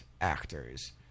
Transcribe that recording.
actors